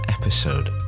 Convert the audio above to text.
episode